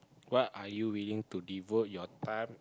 what are you willing to devote your time